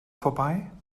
vorbei